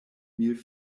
mil